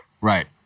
Right